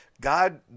God